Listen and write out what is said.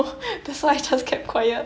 no